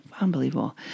Unbelievable